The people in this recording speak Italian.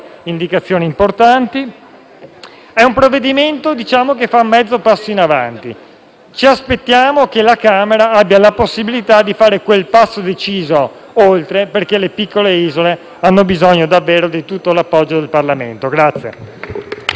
È un provvedimento che fa mezzo passo in avanti. Ci aspettiamo che la Camera abbia la possibilità di fare quel passo deciso oltre, perché le piccole isole hanno bisogno davvero di tutto l'appoggio del Parlamento.